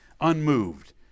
unmoved